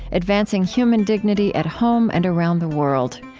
advancing human dignity at home and around the world.